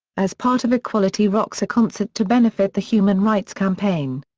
as part of equality rocks a concert to benefit the human rights campaign.